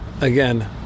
again